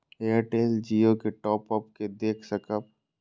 Airtel Jio के top up के देख सकब?